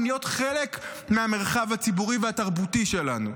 להיות חלק מהמרחב הציבורי והתרבותי שלנו.